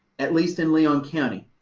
at least in leon county.